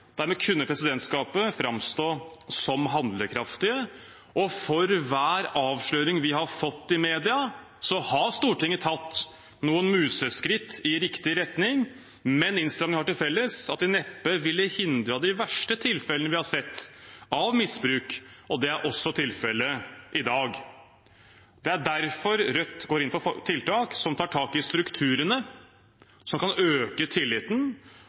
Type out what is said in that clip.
Dermed kunne presidentskapet framstå som handlekraftige. For hver avsløring vi har fått i media, har Stortinget tatt noen museskritt i riktig retning, men innstramningene har det til felles at de neppe ville hindret de verste tilfellene vi har sett av misbruk. Det er tilfellet også i dag. Det er derfor Rødt går inn for tiltak som tar tak i strukturene som kan øke tilliten